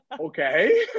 Okay